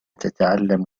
تتعلم